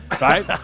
Right